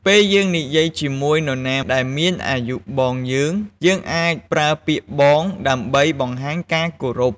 ពេលយើងនិយាយជាមួយនរណាដែលមានអាយុបងយើង យើងអាចប្រើពាក្យ "បង" ដើម្បីបង្ហាញការគោរព។